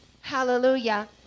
hallelujah